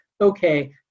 okay